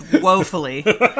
woefully